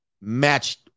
matched